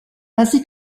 ainsi